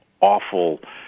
awful